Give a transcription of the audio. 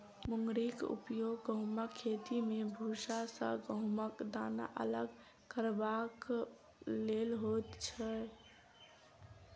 मुंगरीक उपयोग गहुमक खेती मे भूसा सॅ गहुमक दाना अलग करबाक लेल होइत छै